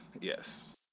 yes